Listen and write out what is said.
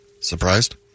Surprised